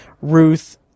Ruth